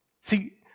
See